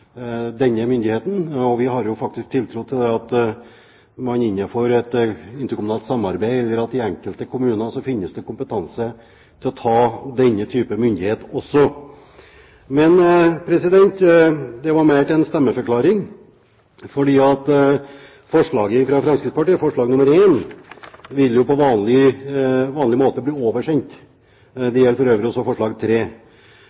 denne myndigheten. Vi har faktisk tiltro til at det innenfor et interkommunalt samarbeid eller i de enkelte kommuner finnes kompetanse til å ta denne type myndighet også. Bare en stemmeforklaring: Forslag nr. 1, fra Fremskrittspartiet, vil på vanlig måte bli oversendt. Det gjelder for øvrig også forslag nr. 3. I den forbindelse kommer vi i en